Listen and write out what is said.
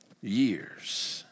Years